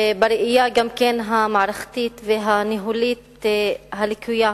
וגם בראייה המערכתית והניהולית הלקויה,